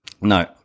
No